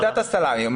שיטת הסלאמי.